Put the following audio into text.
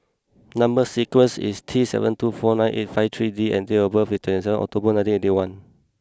number sequence is T seven two four nine eight five three D and date of birth is twenty seven October nineteen eighty one